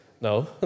No